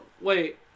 wait